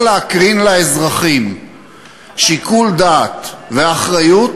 להקרין לאזרחים שיקול דעת ואחריות,